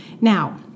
Now